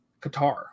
qatar